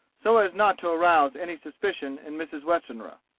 so as not to arouse any suspicion in mrs. westenra,